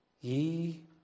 ye